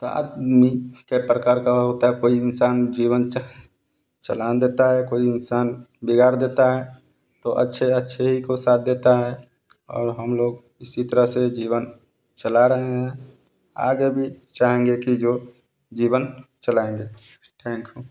तो आदमी कई प्रकार का होता है कोई इंसान जीवन में चाह चलान देता है कोई इंसान बिगाड़ देता है तो अच्छे अच्छे ही को साथ देता है और हम लोग इसी तरह से जीवन चला रहे हैं आगे भी चाहेंगे कि जो जीवन चलाएंगे थैंकक्यू